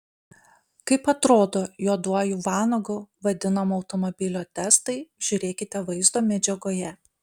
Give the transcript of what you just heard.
kaip atrodo juoduoju vanagu vadinamo automobilio testai žiūrėkite vaizdo medžiagoje